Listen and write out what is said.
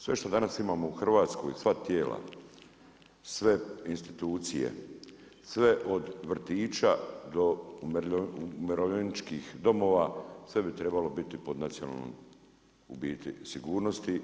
Sve što danas imamo u Hrvatskoj, sva tijela, sve institucija, sve od vrtića, do umirovljeničkih domova, sve bi trebalo biti pod nacionalnoj sigurnosti.